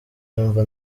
numva